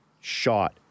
shot